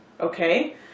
Okay